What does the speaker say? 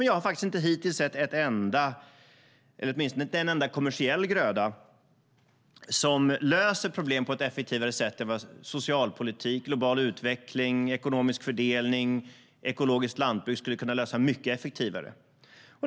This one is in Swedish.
Jag har dock hittills inte sett en enda gröda, åtminstone inte kommersiell, som löser problem på ett effektivare sätt än vad socialpolitik, global utveckling, ekonomisk fördelning och ekologiskt lantbruk skulle kunna göra.